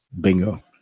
Bingo